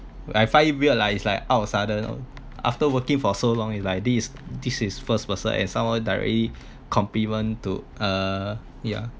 I find it weird lah it's like out of sudden after working for so long it's like this this is first person and someone directly compliment to uh yeah